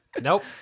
Nope